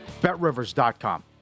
BetRivers.com